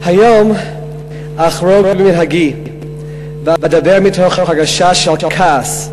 היום אחרוג ממנהגי ואדבר מתוך הרגשה של כעס.